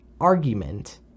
argument